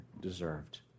deserved